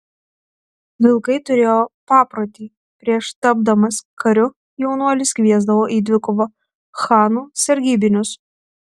vilkai turėjo paprotį prieš tapdamas kariu jaunuolis kviesdavo į dvikovą chano sargybinius